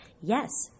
yes